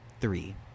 Three